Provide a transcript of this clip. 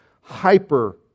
hyper